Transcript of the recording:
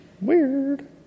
weird